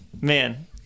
Man